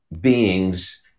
beings